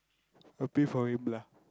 happy for him lah